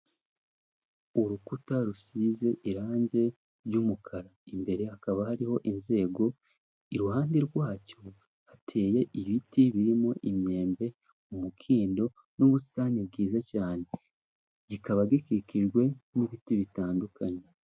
Urukuta rusize irangi ry'umukara imbere hakaba hariho inzego, iruhande rwacyo hateye ibiti birimo imyembe, umukindo n'ubusitani bwiza cyane. Kikaba gikikijwe n'ibiti bitandukanye.